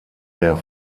der